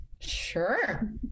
Sure